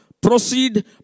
proceed